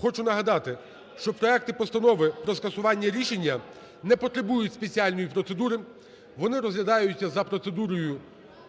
Хочу нагадати, що проекти постанов про скасування рішення не потребують спеціальної процедури, вони розглядаються за процедурою